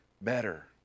better